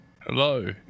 Hello